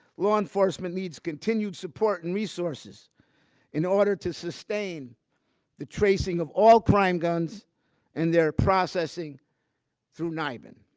law enforcement needs continued support and resources in order to sustain the tracing of all crime guns and their processing through nibin.